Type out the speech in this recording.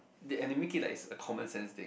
they and they make it like it's a common sense thing